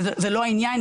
זה לא העניין,